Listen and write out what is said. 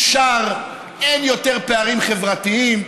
יושר, אין יותר פערים חברתיים.